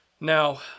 Now